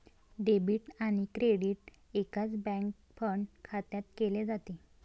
debit आणि credit एकाच bank fund खात्यात केले जाते